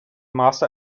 master